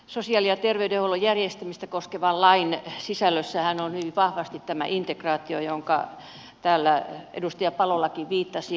sosiaali ja terveydenhuollon järjestämistä koskevan lain sisällössähän on hyvin vahvasti integraatio johonka edustaja palolakin viittasi